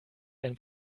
ein